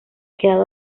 quedado